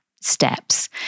steps